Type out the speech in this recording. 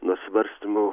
nuo svarstymų